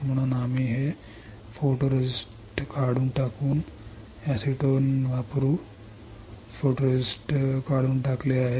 तर आम्ही हे फोटोरिस्टिस्ट काढून टाकून एसीटोन वापरून फोटोरेस्टिस्ट काढून टाकले आहे